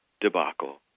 debacle